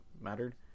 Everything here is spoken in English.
mattered